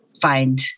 find